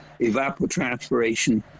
evapotranspiration